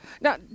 Now